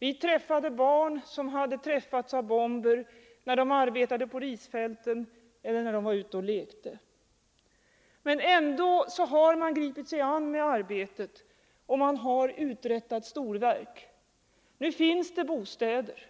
Vi kom i kontakt med barn som hade träffats av bomber när de arbetade på risfälten eller när de var ute och lekte. Men ändå har man gripit sig an med arbetet, och man har uträttat storverk. Nu finns det bostäder,